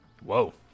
Whoa